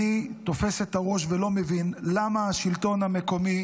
אני תופס את הראש ולא מבין למה השלטון המקומי